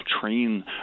train